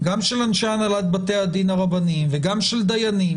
גם של אנשי הנהלת בתי הדין הרבניים וגם של דיינים,